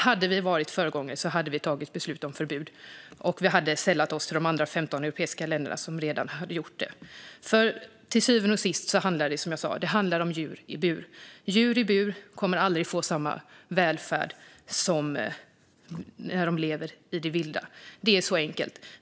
Hade vi varit föregångare hade vi tagit beslut om förbud och sällat oss till de 15 andra europeiska länder som redan gjort det. Till syvende och sist handlar detta, som jag sa, om djur i bur. Djur i bur kommer aldrig att få samma välfärd som djur som lever i det vilda. Så enkelt är det.